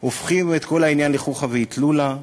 הופכים את כל העניין לחוכא ואטלולא,